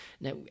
Now